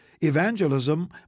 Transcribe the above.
evangelism